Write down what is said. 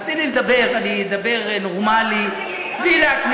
אז תני לי לדבר, אני אדבר נורמלי, בלי להקניט,